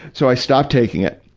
so i stopped taking it,